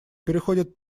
переходит